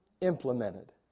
implemented